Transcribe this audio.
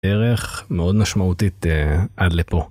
דרך מאוד משמעותית עד לפה.